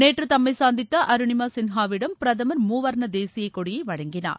நேற்று தம்மை சந்தித்த அருளிமா சின்ஹாவிடம் பிரதமர் மூவர்ண தேசிய கொடியை வழங்கினார்